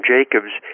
Jacobs